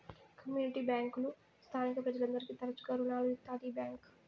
community బ్యాంకులు స్థానిక ప్రజలందరికీ తరచుగా రుణాలు ఇత్తాది ఈ బ్యాంక్